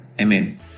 Amen